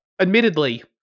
Admittedly